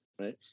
right